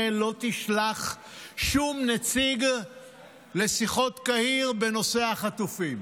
לא תשלח שום נציג לשיחות קהיר בנושא החטופים.